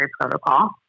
protocol